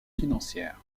financières